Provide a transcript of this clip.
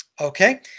Okay